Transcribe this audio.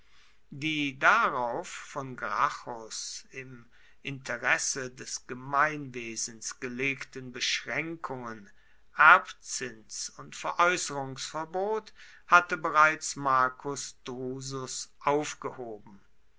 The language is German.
die darauf von gracchus im interesse des gemeinwesens gelegten beschränkungen erbzins und veräußerungsverbot hatte bereits marcus drusus aufgehoben